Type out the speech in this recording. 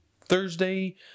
Thursday